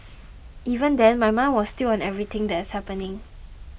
even then my mind was still on everything that is happening